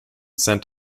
sent